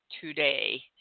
today